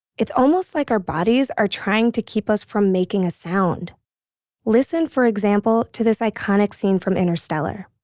it's almost like our bodies are trying to keep us from making a sound listen, for example, to this iconic scene from interstellar.